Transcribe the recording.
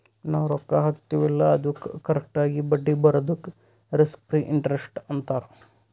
ನಾವ್ ರೊಕ್ಕಾ ಹಾಕ್ತಿವ್ ಅಲ್ಲಾ ಅದ್ದುಕ್ ಕರೆಕ್ಟ್ ಆಗಿ ಬಡ್ಡಿ ಬರದುಕ್ ರಿಸ್ಕ್ ಫ್ರೀ ಇಂಟರೆಸ್ಟ್ ಅಂತಾರ್